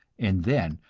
and then,